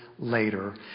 Later